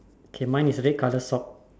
okay mine is red colour sock